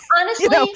honestly-